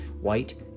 White